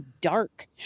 dark